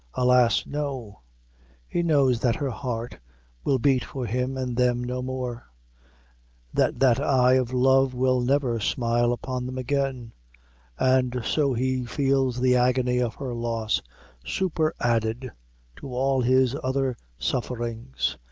alas! no he knows that her heart will beat for him and them no more that that eye of love will never smile upon them again and so he feels the agony of her loss superadded to all his other sufferings,